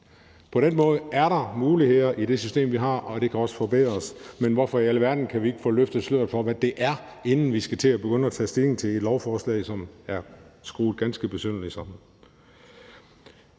På den måde er der muligheder i det system, vi har, og det kan også forbedres. Men hvorfor i alverden kan vi ikke få løftet sløret for, hvad det er, inden vi skal til at begynde at tage stilling til et lovforslag, som er skruet ganske besynderligt sammen?